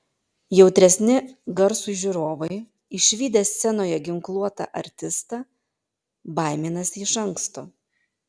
jautresni garsui žiūrovai išvydę scenoje ginkluotą artistą baiminasi iš anksto